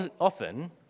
often